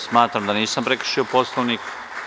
Smatram da nisam prekršio Poslovnik.